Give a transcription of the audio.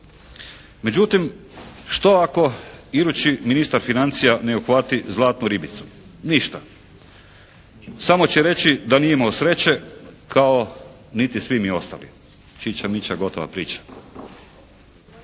Međutim, što ako idući ministar financija ne uhvati zlatnu ribicu? Ništa. Samo će reći da nije imao sreće kao niti svi mi ostali. Čiča miča gotova priča.